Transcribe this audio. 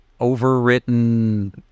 overwritten